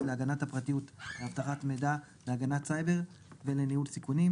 להגנת הפרטיות ואבטחת מידע להגנת סייבר ולניהול סיכונים.